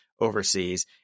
overseas